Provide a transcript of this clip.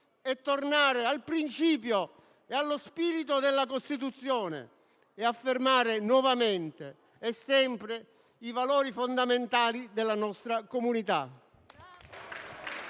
e tornare al principio e allo spirito della Costituzione e affermare nuovamente e sempre i valori fondamentali della nostra comunità.